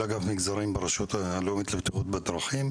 אגף מגזרים ברשות הלאומית לבטיחות בדרכים,